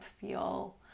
feel